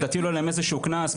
תטילו עליהן איזשהו קנס,